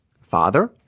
Father